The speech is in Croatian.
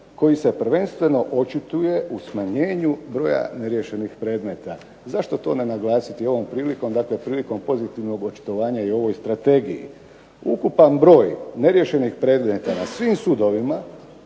koji se prvenstveno očituje u smanjenju broja neriješenih predmeta. Zašto to ne naglasiti ovom prilikom? Dakle, prilikom pozitivnog očitovanja i u ovoj strategiji. Ukupan broj neriješenih predmeta na svim sudovima,